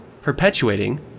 perpetuating